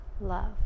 love